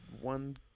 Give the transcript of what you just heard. one